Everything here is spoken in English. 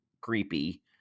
creepy